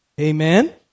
Amen